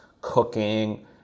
cooking